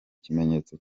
kimenyetso